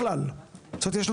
והעובד לא נמצא בכל שעות היממה.